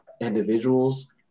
Individuals